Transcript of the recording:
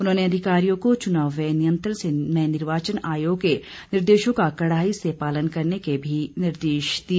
उन्होंने अधिकारियों को चुनाव व्यय नियंत्रण में निर्वाचन आयोग के निदेशों का कड़ाई से पालन करने के भी निर्देश दिए